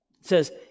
says